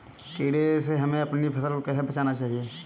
कीड़े से हमें अपनी फसल को कैसे बचाना चाहिए?